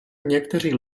někteří